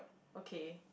okay